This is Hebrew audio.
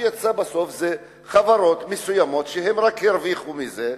רק חברות מסוימות הרוויחו מזה,